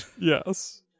Yes